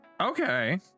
Okay